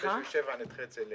על